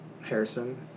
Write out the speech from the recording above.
Harrison